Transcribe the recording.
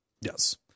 Yes